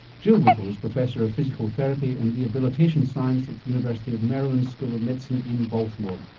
jill whitall who's professor of physical therapy and rehabilitation science at the university of maryland school of medicine in baltimore.